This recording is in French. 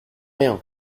rien